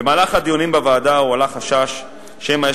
במהלך הדיונים בוועדה הועלה חשש שמא יש